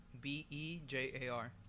B-E-J-A-R